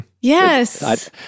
Yes